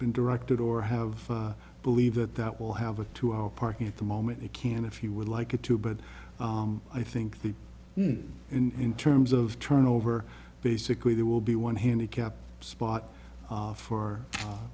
been directed or have believed that that will have a two hour parking at the moment they can if you would like it to but i think that in terms of turnover basically there will be one handicapped spot for